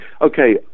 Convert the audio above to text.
Okay